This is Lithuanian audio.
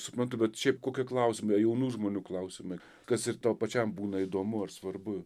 suprantu bet šiaip kokie klausimai jaunų žmonių klausiamai kas ir tau pačiam būna įdomu ar svarbu